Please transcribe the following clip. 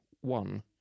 one